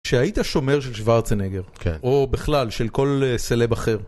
שהיית שומר של שוורצנגר, כן, או בכלל של כל סלב אחר.